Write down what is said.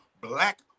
black